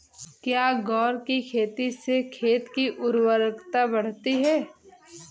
क्या ग्वार की खेती से खेत की ओर उर्वरकता बढ़ती है?